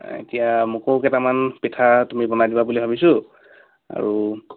এতিয়া মোকো কেইটামান পিঠা বনাই দিবা বুলি ভাবিছোঁ আৰু